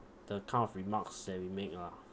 the kind of remarks that we make lah